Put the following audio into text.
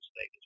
state